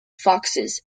foxes